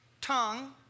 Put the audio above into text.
tongue